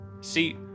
See